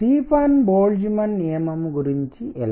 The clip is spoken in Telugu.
స్టీఫన్ బోల్ట్జ్మాన్ నియమం గురించి ఎలా